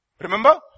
Remember